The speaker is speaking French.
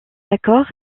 accord